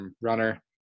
runner